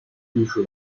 艺术